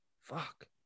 Fuck